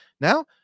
Now